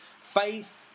Faith